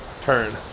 turn